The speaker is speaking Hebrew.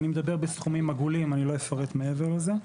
אני מדבר בסכומים עגולים, אני לא אפרט מעבר לזה.